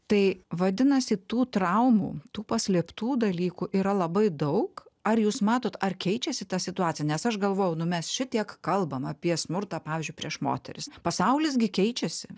tai vadinasi tų traumų tų paslėptų dalykų yra labai daug ar jūs matot ar keičiasi ta situacija nes aš galvojau nu mes šitiek kalbam apie smurtą pavyzdžiui prieš moteris pasaulis gi keičiasi